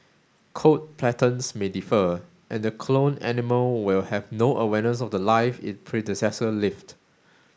coat patterns may differ and the cloned animal will have no awareness of The Life its predecessor live